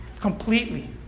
completely